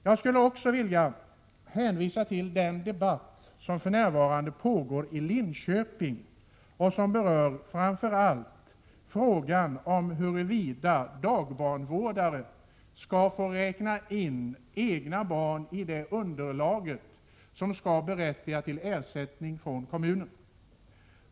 Jag skulle också vilja hänvisa till den debatt som för närvarande pågår i Linköping och som framför allt gäller frågan huruvida dagbarnvårdare skall få räkna in egna barn i det underlag som skall berättiga till ersättning från kommunen.